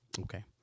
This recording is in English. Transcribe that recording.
Okay